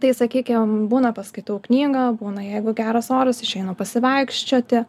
tai sakykim būna paskaitau knygą būna jeigu geras oras išeinu pasivaikščioti